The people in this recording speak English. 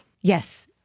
Yes